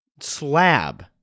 slab